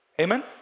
Amen